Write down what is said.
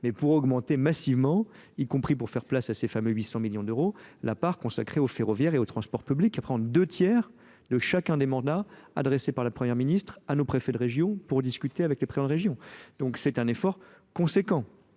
mais pour augmenter massivement y compris pour faire place à ces fameux huit cents millions d'euros la part consacrée au ferroviaire et aux transports publics à prendre deux tiers de chacun des mandats adressés par la première ministre à nos préfets de région pour discuter avec les premières régions c'est un effort conséquent